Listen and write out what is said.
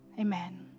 Amen